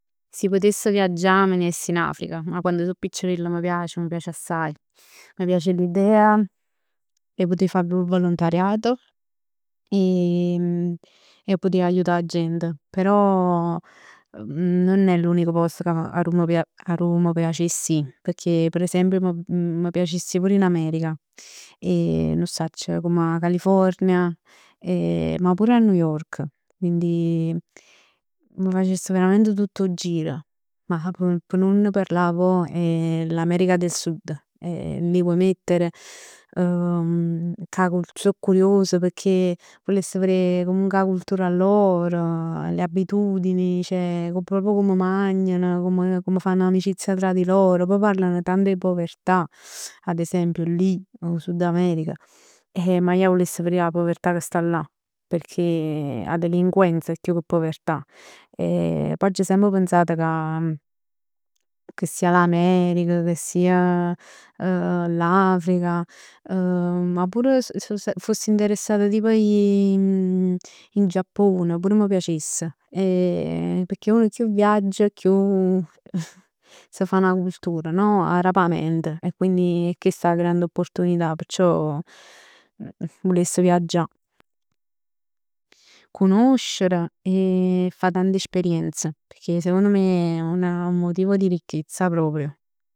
Si putess viaggià me ne jess in Africa. 'A quann sò piccirella m' piace, mi piace assaje. M' piace l'idea 'e fa pur volontariato e 'e putè aiutà 'a gent. Però non è l'unico post arò m' piacess 'e ji. Pecchè per esempio m' piacess 'e ji pur in America e nun 'o sacc, come 'a California ma pure a New York. Quindi m' facess verament tutt 'o gir, ma p' nun, p' nun ne parlà poi 'e l'America del Sud, è li vuoi mettere? Ca so curios pecchè vuless verè comunque 'a cultura loro, le abitudini, ceh, proprio comm magnan, comm fann amicizia tra di loro. Poi parlano tanto 'e povertà. Ad esempio lì 'o Sud America, eh ma io 'a vuless verè 'a puvertà che sta là. Perchè, 'a delinquenza chiù che povertà. Poi aggio semp pensat ca, che sia l'America, che sia l'Africa, ma pure fos- foss interessata tipo ji in Giappone, pur m' piacess. Pecchè uno chiù viaggia, chiù s' fa 'na cultura no? Arapre 'a mente e qundi è chest 'a grande oppotunità, perciò vuless viaggià, cunoscere e fà tanta esperienza pecchè secondo me è un motivo di richezza proprio.